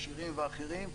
ישירים ואחרים,